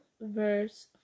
verse